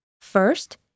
First